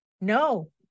no